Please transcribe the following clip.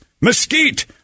mesquite